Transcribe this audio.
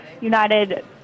United